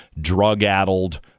drug-addled